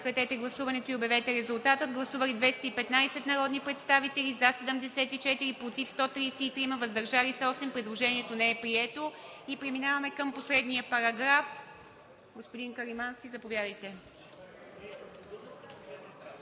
неподкрепено от Комисията. Гласували 215 народни представители: за 74, против 133, въздържали се 8. Предложението не е прието. Преминаваме към последния параграф. Господин Каримански, заповядайте.